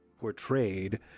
portrayed